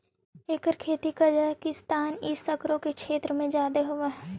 एकर खेती कजाकिस्तान ई सकरो के क्षेत्र सब में जादे होब हई